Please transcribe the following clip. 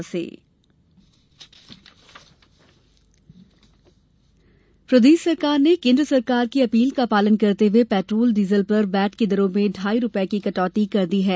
सीमा शुल्क कमी प्रदेश सरकार ने केन्द्र सरकार की अपील का पालन करते हुये पेट्रोल डीजल पर वैट की दरो में ढ़ाई रूपये की कटौती कर दी है